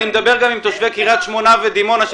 ואני מדבר גם עם תושבי קריית שמונה ודימונה,